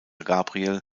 gabriel